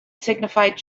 signified